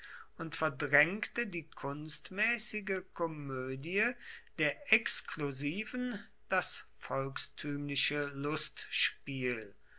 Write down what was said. und verdrängte die kunstmäßige komödie der exklusiven das volkstümliche lustspiel